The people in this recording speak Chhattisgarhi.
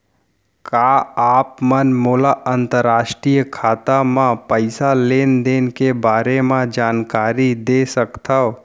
का आप मन मोला अंतरराष्ट्रीय खाता म पइसा लेन देन के बारे म जानकारी दे सकथव?